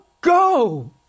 go